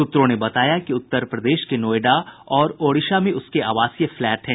सूत्रों ने बताया कि उत्तर प्रदेश के नोएडा और ओडिशा में उसके आवासीय फ्लैट हैं